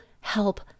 help